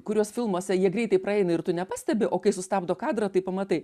kuriuos filmuose jie greitai praeina ir tu nepastebi o kai sustabdo kadrą tai pamatai